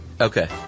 Okay